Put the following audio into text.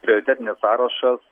prioritetinis sąrašas